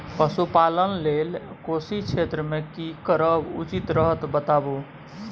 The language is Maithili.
पशुपालन लेल कोशी क्षेत्र मे की करब उचित रहत बताबू?